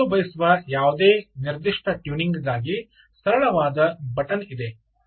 ನೀವು ಮಾಡಲು ಬಯಸುವ ಯಾವುದೇ ನಿರ್ದಿಷ್ಟ ಟ್ಯೂನಿಂಗ್ ಗಾಗಿ ಸರಳವಾದ ಬಟನ್ ಇದೆ